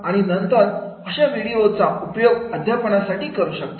आणि नंतर अशा व्हिडिओचा उपयोग अध्यापनासाठी करू शकतात